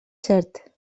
cert